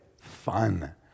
Fun